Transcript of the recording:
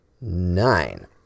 nine